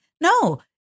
no